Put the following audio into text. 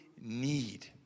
need